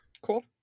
Cool